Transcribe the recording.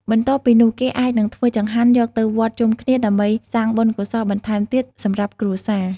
បន្ទាប់ពីនោះ គេអាចនឹងធ្វើចង្ហាន់យកទៅវត្តជុំគ្នា ដើម្បីសាងបុណ្យកុសលបន្ថែមទៀតសម្រាប់គ្រួសារ។